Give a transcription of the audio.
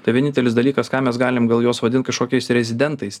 tai vienintelis dalykas ką mes galim gal juos vadint kažkokiais rezidentais